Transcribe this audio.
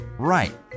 Right